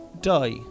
die